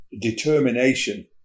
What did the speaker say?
determination